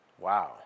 Wow